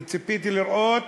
אני ציפיתי לראות